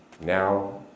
Now